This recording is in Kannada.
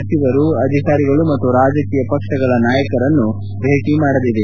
ಸಚಿವರು ಅಧಿಕಾರಿಗಳು ಮತ್ತು ರಾಜಕೀಯ ಪಕ್ಷಗಳ ನಾಯಕರನ್ನು ಭೇಟ ಮಾಡಲಿದೆ